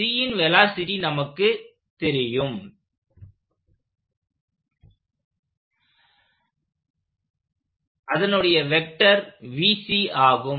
Cன் velocity நமக்கு தெரியும் அதனுடைய வெக்டர் ஆகும்